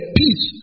peace